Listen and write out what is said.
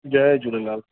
Jay Jhulelal